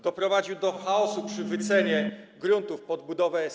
Doprowadził do chaosu przy wycenie gruntów pod budowę S5.